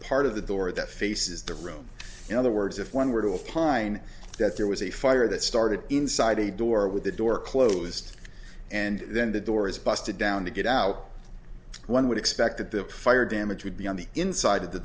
part of the door that faces the room in other words if one were to a pine that there was a fire that started inside a door with the door closed and then the door is busted down to get out one would expect that the fire damage would be on the inside of the